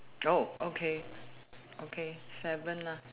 oh okay okay seven lah